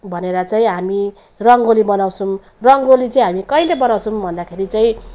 भनेर चाहिँ हामी रङ्गोली बनाउँछौँ रङ्गोली चाहिँ हामी कहिले बनाउँछौँ भन्दाखेरि चाहिँ